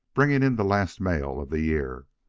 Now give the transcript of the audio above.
bringing in the last mail of the year.